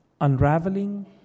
unraveling